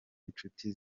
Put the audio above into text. inshuti